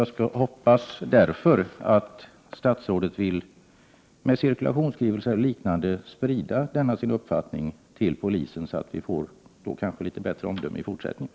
Jag hoppas därför att statsrådet vill, med cirkulationsskrivelser eller liknande, sprida denna sin uppfattning till polisen, så att vi kanske får lite bättre omdöme i fortsättningen.